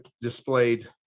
displayed